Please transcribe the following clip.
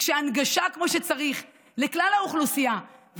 כשהנגשה כמו שצריך לכלל האוכלוסייה,